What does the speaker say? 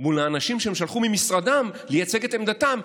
מול האנשים שהם שלחו ממשרדיהם לייצג את עמדתם,